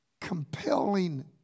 compelling